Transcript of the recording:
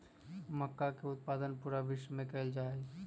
मक्का के उत्पादन पूरा विश्व में कइल जाहई